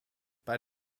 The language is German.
bei